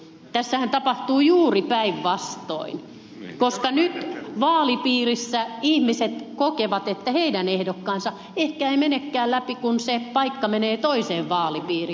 tässähän tapahtuu juuri päinvastoin koska nyt vaalipiirissä ihmiset kokevat että heidän ehdokkaansa ehkä ei menekään läpi kun se paikka menee toiseen vaalipiiriin